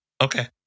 Okay